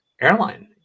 airline